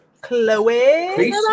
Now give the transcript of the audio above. Chloe